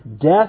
death